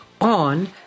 on